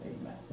Amen